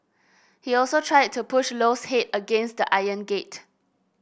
he also tried to push Loy's head against an iron gate